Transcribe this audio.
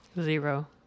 Zero